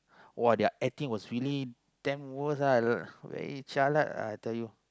!wah! their acting was really dam worst aah jialat ah I tell you